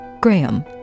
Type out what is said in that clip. Graham